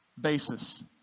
basis